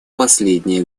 последние